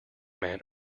man